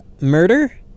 murder